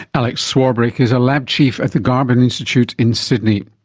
alex swarbrick is a lab chief at the garvan institute in sydney.